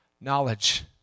Knowledge